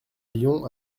lions